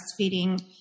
breastfeeding